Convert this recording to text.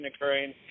occurring